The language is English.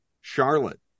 charlotte